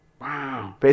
Wow